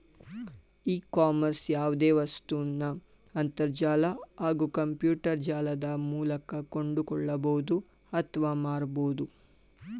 E ಕಾಮರ್ಸ್ಲಿ ಯಾವ್ದೆ ವಸ್ತುನ ಅಂತರ್ಜಾಲ ಹಾಗೂ ಕಂಪ್ಯೂಟರ್ಜಾಲದ ಮೂಲ್ಕ ಕೊಂಡ್ಕೊಳ್ಬೋದು ಅತ್ವ ಮಾರ್ಬೋದು